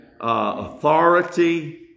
authority